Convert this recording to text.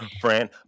friend